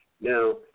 Now